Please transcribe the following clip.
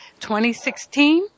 2016